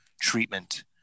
treatment